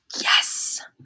Yes